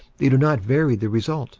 they do not vary the result